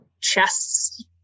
chests